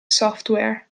software